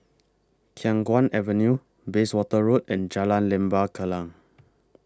Khiang Guan Avenue Bayswater Road and Jalan Lembah Kallang